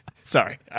sorry